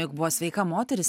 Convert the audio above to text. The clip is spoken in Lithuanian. juk buvo sveika moteris